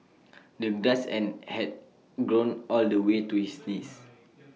the grass and had grown all the way to his knees